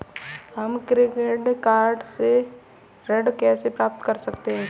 हम credit card से ऋण कैसे प्राप्त कर सकते हैं?